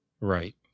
Right